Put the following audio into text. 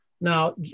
Now